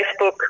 Facebook